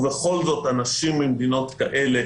ובכל זאת אנשים ממדינות כאלה,